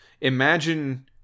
Imagine